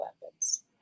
weapons